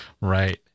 right